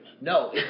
No